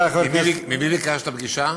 ממי ביקשת פגישה?